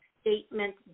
statement